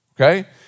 okay